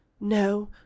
No